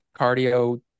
cardio